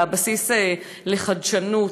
הבסיס לחדשנות.